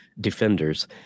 defenders